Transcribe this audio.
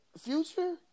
Future